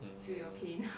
mm